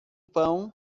pão